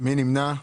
מי נמנע?